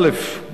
א.